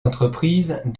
entreprises